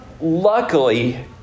luckily